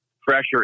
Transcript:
pressure